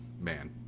man